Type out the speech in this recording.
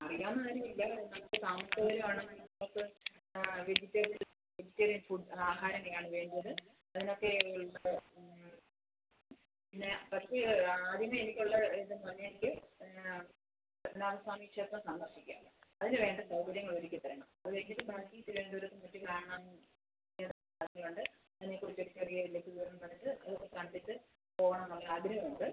അറിയാവുന്നവരില്ല പക്ഷേ നമുക്ക് താമസ സൗകര്യമാണെങ്കിൽ നമുക്ക് വെജിറ്റേറിയൻ വെജിറ്റേറിയൻ ഫുഡ് ആഹാരങ്ങളാണ് വേണ്ടത് അതിനകത്തേത് ഇത് പിന്നേ ഫസ്റ്റ് ആദ്യമേ എനിക്കുള്ള ഇത് എന്ന് പറഞ്ഞെങ്കിൽ അത് പത്മനാഭസ്വാമി ക്ഷേത്രം സന്ദർശിക്കുക അതിന് വേണ്ട സൗകര്യങ്ങളൊരുക്കിത്തരണം അത് കഴിഞ്ഞിട്ട് ബാക്കി തിരുവനന്തപുരമൊന്ന് ചുറ്റി കാണണമെന്നും ചെറിയ താല്പര്യമുണ്ട് അതിനെ കുറിച്ചൊക്കെ ചെറിയ ഒരു ലഖു വിവരണം തന്നിട്ട് അതൊക്കെ കണ്ടിട്ട് പോകണമെന്നുള്ള ആഗ്രഹമുണ്ട്